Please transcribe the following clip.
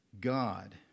God